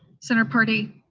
senator paradee?